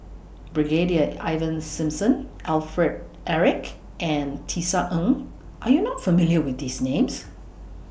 Brigadier Ivan Simson Alfred Eric and Tisa Ng Are YOU not familiar with These Names